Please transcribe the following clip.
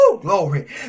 glory